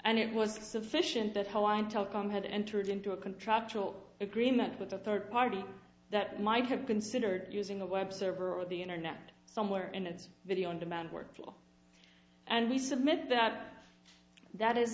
and it was sufficient that hawaiian telcom had entered into a contractual agreement with a third party that might have considered using the web server or the internet somewhere and it's video on demand workflow and we submit that that is